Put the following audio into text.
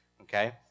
okay